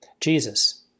Jesus